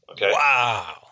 Wow